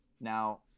Now